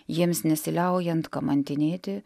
jiems nesiliaujant kamantinėti